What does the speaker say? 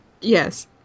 Yes